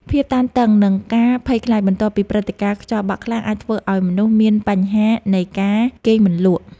ភាពតានតឹង និងការភ័យខ្លាចបន្ទាប់ពីព្រឹត្តិការណ៍ខ្យល់បក់ខ្លាំងអាចធ្វើឱ្យមនុស្សមានបញ្ហានៃការគេងមិនលក់។